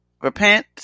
Repent